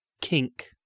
kink